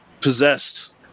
possessed